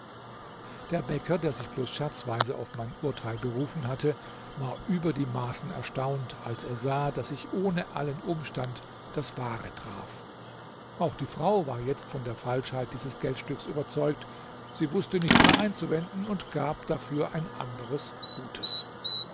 der bäcker der sich bloß scherzweise auf mein urteil berufen hatte war über die maßen erstaunt als er sah daß ich ohne allen umstand das wahre traf auch die frau war jetzt von der falschheit dieses geldstücks überzeugt sie wußte nichts mehr einzuwenden und gab dafür ein anderes gutes